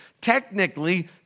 Technically